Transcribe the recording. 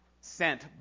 sent